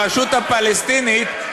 הרשות הפלסטינית,